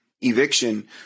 eviction